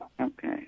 Okay